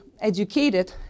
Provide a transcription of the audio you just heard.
educated